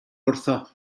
wrtho